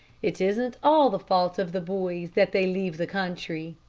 it isn't all the fault of the boys that they leave the country.